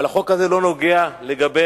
אבל החוק הזה לא נוגע לחיוניות,